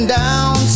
down